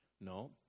No